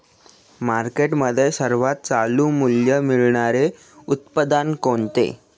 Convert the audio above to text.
मार्केटमध्ये सर्वात चालू मूल्य मिळणारे उत्पादन कोणते?